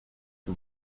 que